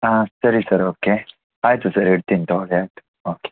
ಹಾಂ ಸರಿ sir okay ಆಯಿತು ಸರ್ ಇಡ್ತೀನಿ ತಗೊಳ್ಳಿ ಆಯಿತು ಓಕೆ